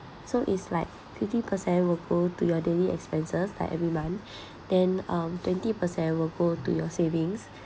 so it's like fifty percent will go to your daily expenses like every month then um twenty percent will go to your savings